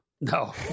no